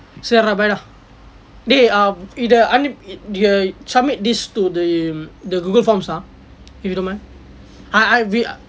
சரி:sari dah bye dah dey um இத அனுப்பி:itha anuppi you have to submit this to the the Google forms ah if you don't mind I I will ah